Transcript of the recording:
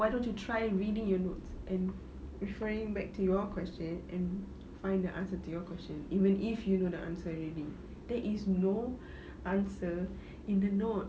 why don't you try reading your notes and referring back to your question and find the answer to your question even if you know the answer already there is no answer in the notes